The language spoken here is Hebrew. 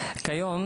כיום,